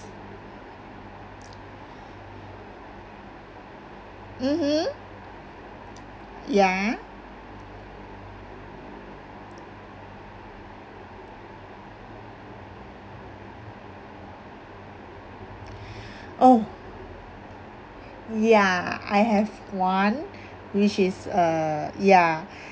mmhmm ya oh ya I have one which is uh ya